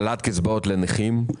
העלאת קצבאות לנכים,